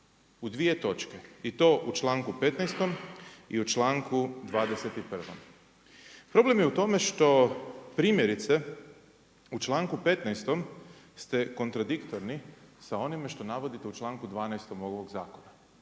U dvije točke. I to u članku 15. i u članku 21. problem je u tome što primjerice, u članku 15. ste kontradiktorni sa onime što navodite u članku 12. ovog zakona.